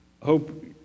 hope